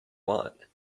want